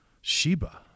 Sheba